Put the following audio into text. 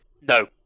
No